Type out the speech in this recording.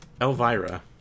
Elvira